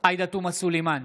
עאידה תומא סלימאן,